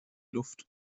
luft